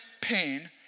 pain